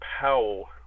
Powell